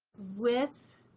with.